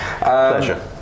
Pleasure